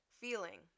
Feeling